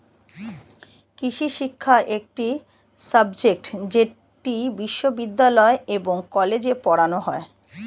কৃষিশিক্ষা একটি সাবজেক্ট যেটি বিশ্ববিদ্যালয় এবং কলেজে পড়ানো হয়